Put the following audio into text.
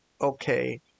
okay